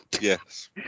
Yes